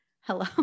hello